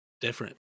different